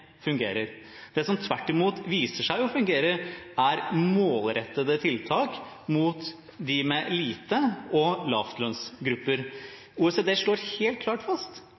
fungerer. Det som tvert imot viser seg å fungere, er målrettede tiltak mot dem med lite, og lavlønnsgrupper. OECD slår helt klart fast